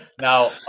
now